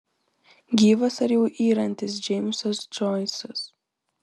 gyvas ar jau yrantis džeimsas džoisas